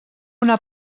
una